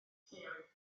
lleoedd